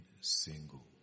single